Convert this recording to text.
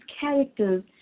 characters